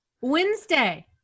Wednesday